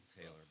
Taylor